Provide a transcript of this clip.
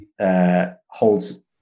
holds